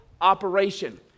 operation